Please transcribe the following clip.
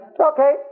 Okay